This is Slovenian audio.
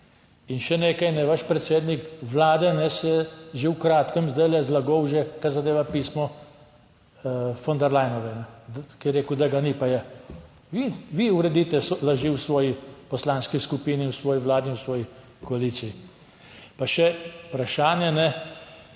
In še nekaj, vaš predsednik vlade se je že v kratkem zdaj zlagal že, kar zadeva pismo Von der Leynove, ki je rekel, da ga ni, pa je. Vi uredite laži v svoji poslanski skupini, v svoji Vladi in v svoji koaliciji. Pa še vprašanje